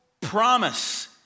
promise